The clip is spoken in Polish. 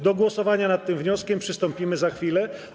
Do głosowania nad tym wnioskiem przystąpimy za chwilę.